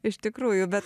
iš tikrųjų bet